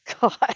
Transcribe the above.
God